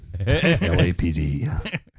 LAPD